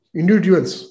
individuals